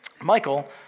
Michael